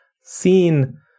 seen